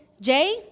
Jay